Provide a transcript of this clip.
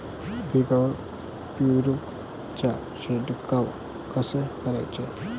पिकावर युरीया चा शिडकाव कसा कराचा?